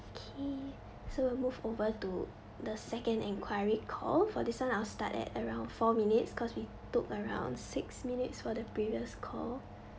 okay so we move over to the second inquiry call for this one I'll start at around four minutes cause we took around six minutes for the previous call